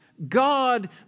God